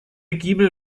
giebel